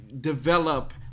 develop